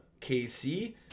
KC